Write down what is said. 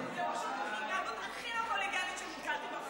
זאת ההתנהגות הכי לא, שנתקלתי.